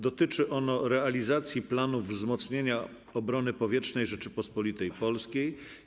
Dotyczy ono realizacji planów wzmocnienia obrony powietrznej Rzeczypospolitej Polskiej.